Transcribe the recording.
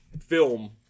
film